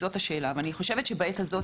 אני חושבת שבעת הזאת,